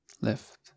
Lift